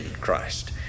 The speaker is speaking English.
Christ